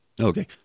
Okay